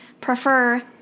prefer